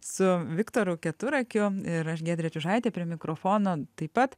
su viktoru keturakiu ir aš giedrė čiužaitė prie mikrofono taip pat